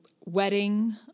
wedding